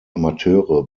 amateure